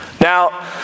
Now